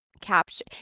Capture